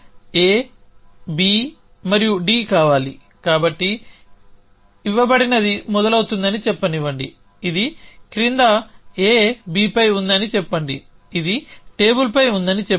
మనకు A B మరియు D కావాలి కాబట్టి ఇవ్వబడినది మొదలవుతుందని చెప్పనివ్వండి ఇది క్రింది A B పై ఉంది అని చెప్పండి ఇది టేబుల్పై ఉందని చెప్పండి